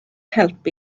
helpu